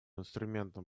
инструментом